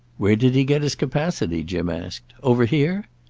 where did he get his capacity, jim asked, over here?